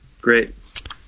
Great